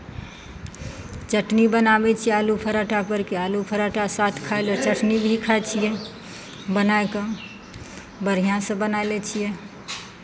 चटनी बनाबै छियै आलू पराठा परके आलू पराठा साथ खाय लए चटनी भी खाइ छियै बनाय कऽ बढ़िआँसँ बनाय लै छियै